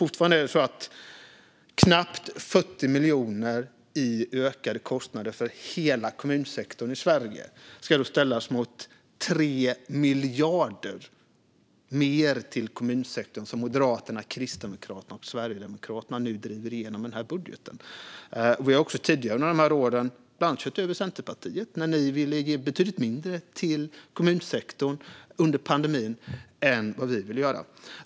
Fortfarande är det dock så att knappt 40 miljoner i ökade kostnader för hela kommunsektorn i Sverige ska ställas mot de 3 miljarder mer till kommunsektorn som Moderaterna, Kristdemokraterna och Sverigedemokraterna nu driver igenom i denna budget. Vi har också tidigare under de här åren bland annat kört över Centerpartiet som under pandemin ville ge betydligt mindre till kommunsektorn än vad vi ville göra.